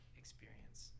experience